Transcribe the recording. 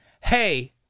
hey